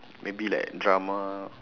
maybe like drama